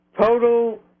Total